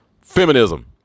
feminism